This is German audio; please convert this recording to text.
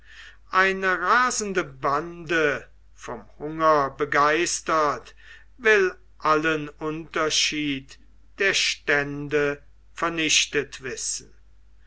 eine rasende bande vom hunger begeistert will allen unterschied der stände vernichtet wissen